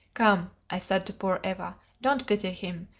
come, i said to poor eva, don't pity him,